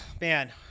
man